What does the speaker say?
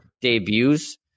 debuts